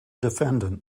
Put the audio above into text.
defendant